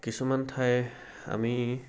কিছুমান ঠাই আমি